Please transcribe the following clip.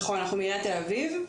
נכון, אנחנו מעיריית תל אביב.